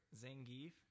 Zangief